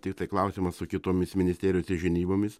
tiktai klausimas su kitomis ministerijos žinybomis